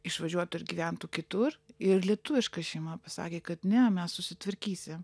išvažiuotų ir gyventų kitur ir lietuviška šeima pasakė kad ne mes susitvarkysi